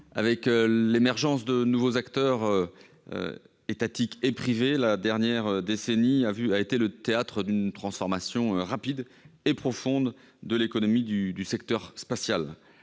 Avec l'émergence de nouveaux acteurs étatiques et privés, la dernière décennie a été le théâtre d'une transformation rapide et profonde de l'économie du secteur spatial.